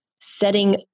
setting